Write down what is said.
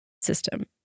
system